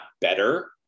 better